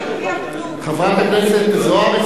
חברת הכנסת זוארץ,